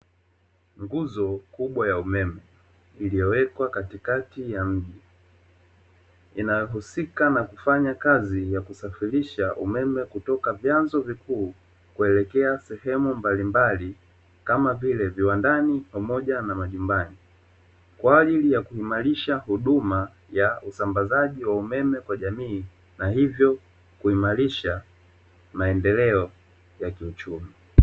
Nguzo kubwa ya umeme iliyowekwa katikati ya mji inayousika na kufanya kazi ya kusafirisha umeme kutoka vyanzo vikuu kuelekea sehemu mbalimbali, kama vile viwandani pamoja na majumbani; kwa ajili ya kuimarisha huduma ya usambazaji umeme kwa jamii na hivyo kuimarisha maendeleo ya kiuchumi.